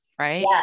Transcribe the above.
right